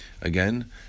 Again